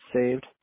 saved